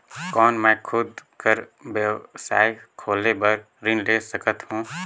कौन मैं खुद कर व्यवसाय खोले बर ऋण ले सकत हो?